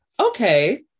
Okay